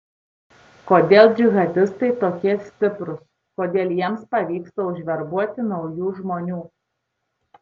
kodėl džihadistai tokie stiprūs kodėl jiems pavyksta užverbuoti naujų žmonių